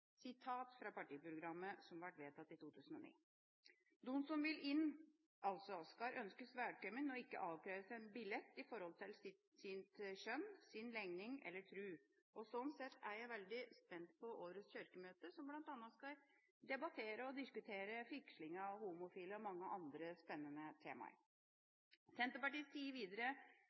sitat fra partigrammet, som ble vedtatt i 2009. De som vil inn, skal ønskes velkommen og ikke avkreves en billett i forhold til sitt kjønn, sin legning eller tro. Sånn sett er jeg veldig spent på årets kirkemøte, som bl.a. skal debattere og diskutere vigsling av homofile og mange andre spennende temaer. Senterpartiet sier videre